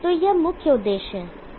तो यह मुख्य उद्देश्य है